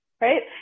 right